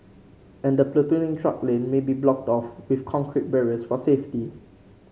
and the platooning truck lane may be blocked off with concrete barriers for safety